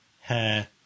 hair